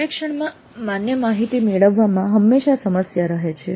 સર્વેક્ષણમાં માન્ય માહિતી મેળવવામાં હંમેશા સમસ્યા રહે છે